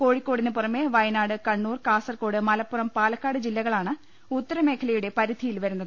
കോഴിക്കോടിനു പുറമെ വയനാട് കണ്ണൂർ കാസർകോട് മലപ്പുറം പാലക്കാട് ജില്ലകളാണ് ഉത്തരമേഖലയുടെ പരിധിയിൽ വരുന്നത്